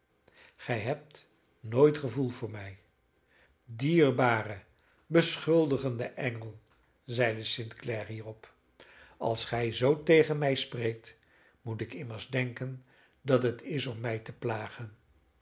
gij hebt nooit gevoel voor mij dierbare beschuldigende engel zeide st clare hierop als gij zoo tegen mij spreekt moet ik immers denken dat het is om mij te plagen